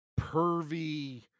pervy